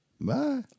Bye